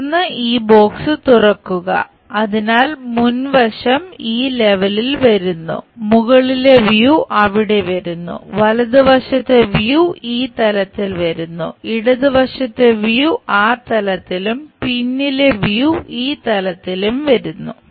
തുടർന്ന് ഈ ബോക്സ് തുറക്കുക അതിനാൽ മുൻവശം ഈ ലെവലിൽ വരുന്നു മുകളിലെ വ്യൂ അവിടെ വരുന്നു വലതുവശത്തെ വ്യൂ ഈ തലത്തിൽ വരുന്നു ഇടതുവശത്തെ വ്യൂ ആ തലത്തിലും പിന്നിലെ വ്യൂ ഈ തലത്തിലും വരുന്നു